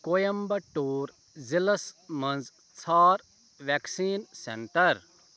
کویَمبَٹور ضلعس مَنٛز ژھار وٮ۪کسیٖن سٮ۪نٛٹَر